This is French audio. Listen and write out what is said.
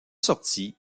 sortie